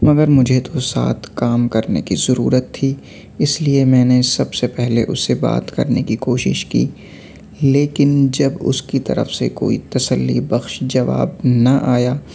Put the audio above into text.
مگر مجھے تو ساتھ کام کرنے کی ضرورت تھی اِس لیے میں نے سب سے پہلے اُس سے بات کرنے کی کوشش کی لیکن جب اُس کی طرف سے کوئی تسلی بخش جواب نہ آیا